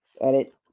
edit